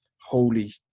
holy